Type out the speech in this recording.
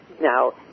now